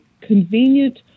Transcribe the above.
convenient